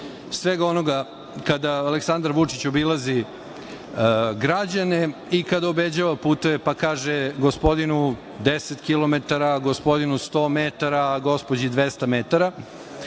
svega onoga kada Aleksandar Vučić obilazi građane i kada obećava puteve, pa kaže – gospodinu 10 kilometara, gospodinu 100 metara, gospođi 200 metara,